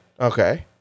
Okay